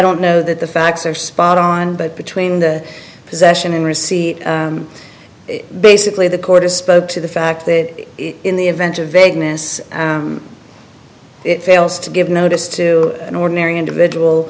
don't know that the facts are spot on but between the possession and receipt of basically the court is spoke to the fact that in the event of vagueness it fails to give notice to an ordinary individual